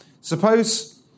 suppose